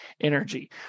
energy